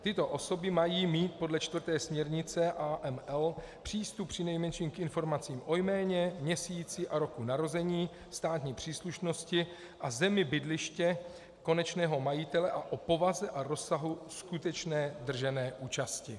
Tyto osoby mají mít podle čtvrté směrnice AML přístup přinejmenším k informacím o jméně, měsíci a roku narození, státní příslušnosti a zemi bydliště konečného majitele a o povaze a rozsahu skutečné držené účasti.